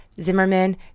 Zimmerman